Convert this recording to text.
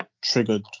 triggered